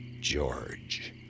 George